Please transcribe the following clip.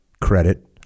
Credit